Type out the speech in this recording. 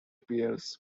pierce